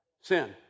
Sin